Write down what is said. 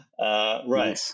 Right